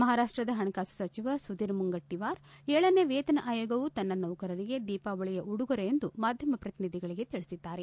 ಮಹಾರಾಷ್ಷದ ಪಣಕಾಸು ಸಚಿವ ಸುಧೀರ್ ಮುಂಗಟ್ಲವಾರ್ ಗನೇ ವೇತನ ಆಯೋಗವು ತನ್ನ ಸೌಕರರಿಗೆ ದೀಪಾವಳಿಯ ಉಡುಗೊರೆಯೆಂದು ಮಾಧ್ಯಮ ಪ್ರತಿನಿಧಿಗಳಿಗೆ ತಿಳಿಸಿದ್ದಾರೆ